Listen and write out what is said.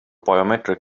biometric